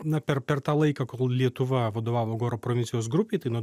na per per tą laiką kol lietuva vadovavo goro provincijos grupei tai nuo du